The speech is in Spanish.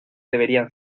deberían